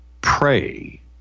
pray